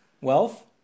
wealth